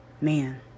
Man